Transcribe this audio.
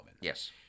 Yes